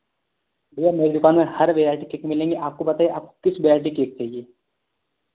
भैया मेरे दुकान में हर वैरायटी केक मिलेंगे आपको बता है आपको किस बैरायटी केक चाहिए